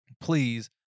please